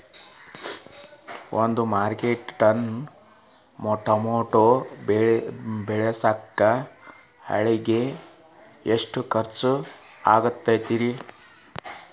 ಒಂದು metric ton tomato ಬೆಳಸಾಕ್ ಆಳಿಗೆ ಎಷ್ಟು ಖರ್ಚ್ ಆಕ್ಕೇತ್ರಿ?